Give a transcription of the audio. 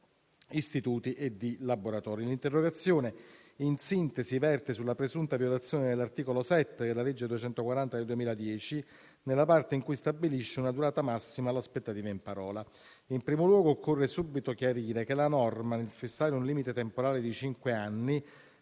istituti e laboratori. L'interrogazione, in sintesi, verte sulla presunta violazione dell'articolo 7 della legge n. 240 del 2010, nella parte in cui stabilisce una durata massima all'aspettativa in parola. In primo luogo, occorre subito chiarire che la norma, nel fissare un limite temporale di cinque anni,